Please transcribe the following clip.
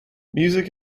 music